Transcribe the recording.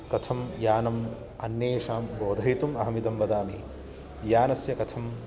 कथं यानम् अन्येषां बोधयितुम् अहमिदं वदामि यानस्य कथं